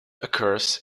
occurs